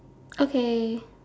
okay